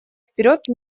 вперед